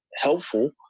helpful